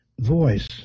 voice